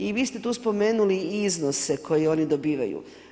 I vi ste tu spomenuli i iznose koji oni dobivaju.